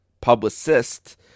publicist